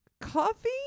Coffee